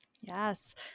Yes